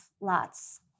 lots